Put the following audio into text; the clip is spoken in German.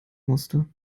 musste